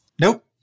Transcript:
Nope